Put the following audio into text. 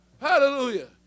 Hallelujah